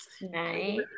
nice